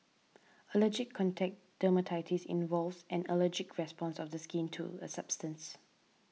allergic contact dermatitis involves an allergic response of the skin to a substance